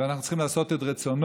ואנחנו צריכים לעשות את רצונו.